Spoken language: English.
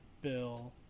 Bill